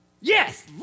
Yes